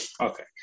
Okay